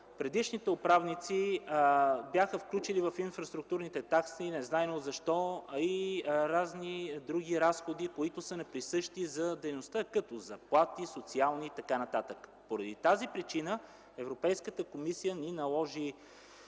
предишните управници бяха включили в инфраструктурните такси незнайно защо и разни други разходи, неприсъщи за дейността, каквито са заплати, социални и така нататък. По тази причина Европейският съюз наложи